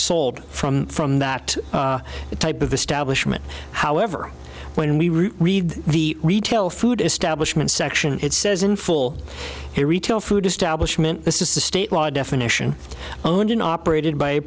sold from from that type of establishment however when we read the retail food establishment section it says in full here retail food establishment this is a state law definition owned and operated by